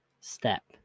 step